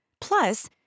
Plus